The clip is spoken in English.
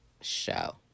show